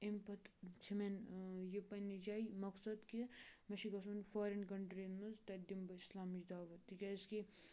ایٚمۍ پَتہٕ چھِ مےٚ یہِ پنٛنہِ جاے مقصد کہِ مےٚ چھِ گژھُن فورِن کَنٹِرٛی یَن منٛز تَتہِ دِم بہٕ اِسلامٕچ دعوت تِکیٛازِکہِ